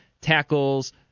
tackles